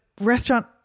Restaurant